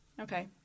Okay